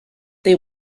they